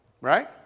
Right